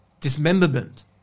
dismemberment